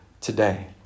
today